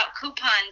coupons